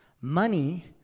Money